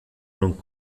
non